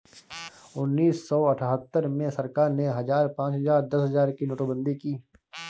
उन्नीस सौ अठहत्तर में सरकार ने हजार, पांच हजार, दस हजार की नोटबंदी की